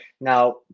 Now